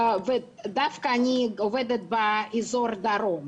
ואני דווקא עובדת באזור הדרום.